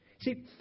See